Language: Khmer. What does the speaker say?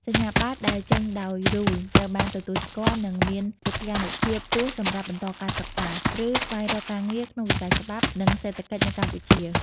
សញ្ញាបត្រដែលចេញដោយ RULE ត្រូវបានទទួលស្គាល់ និងមានកិត្យានុភាពខ្ពស់សម្រាប់បន្តការសិក្សា ឬស្វែងរកការងារក្នុងវិស័យច្បាប់ និងសេដ្ឋកិច្ចនៅកម្ពុជា។